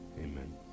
Amen